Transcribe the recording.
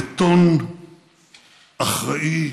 בטון אחראי,